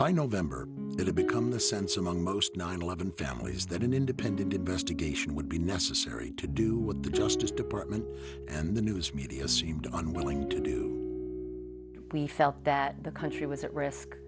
by november going to become the sense among most nine eleven families that an independent investigation would be necessary to do with the justice department and the news media seemed unwilling to do we felt that the country was at risk